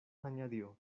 añadió